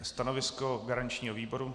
Stanovisko garančního výboru?